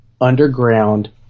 underground